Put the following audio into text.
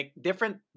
different